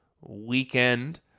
weekend